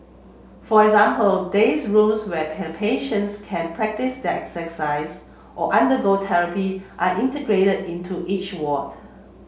for example days rooms where patients can practise their exercise or undergo therapy are integrated into each ward